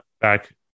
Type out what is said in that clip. back